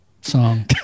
song